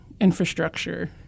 infrastructure